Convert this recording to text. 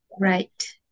Right